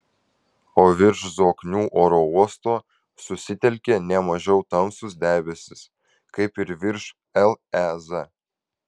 o virš zoknių oro uosto susitelkė ne mažiau tamsūs debesys kaip ir virš lez